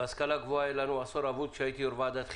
בהשכלה הגבוהה היה לנו עשור אבוד כשהייתי יושב-ראש ועדת חינוך,